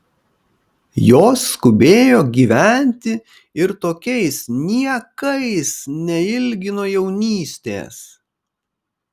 jos skubėjo gyventi ir tokiais niekais neilgino jaunystės